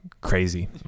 crazy